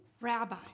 Rabbi